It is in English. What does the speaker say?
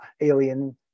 Alien